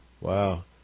Wow